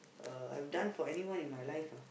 uh I have done for anyone in my life ah